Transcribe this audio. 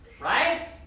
right